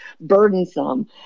burdensome